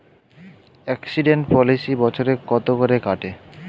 Accident policy বছরে কত করে কাটে?